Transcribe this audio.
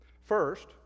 First